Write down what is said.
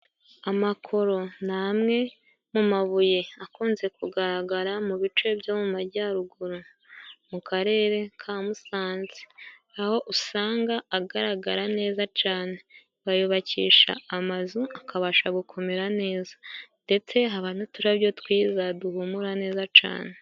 Amakoro ni amwe mu mabuye akunze kugaragara mu bice byo mu majyaruguru mu karere ka Musanze. Aho usanga agaragara neza cane. Bayubakisha amazu akabasha gukomera neza. Ndetse haba n'uturabyo twiza duhumura neza cane.